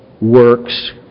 works